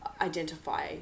identify